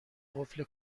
قفل